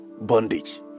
bondage